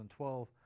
2012